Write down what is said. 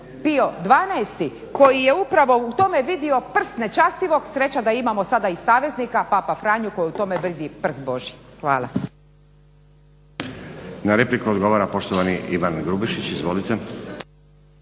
bio 12.koji je upravo u tome vidimo prst nečastivog, sreća da imamo sada i saveznika Papa Franju koji u tome vidi prst božji. Hvala. **Stazić, Nenad (SDP)** Hvala. Na repliku odgovara poštovani Ivan Grubišić.